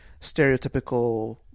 stereotypical